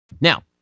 Now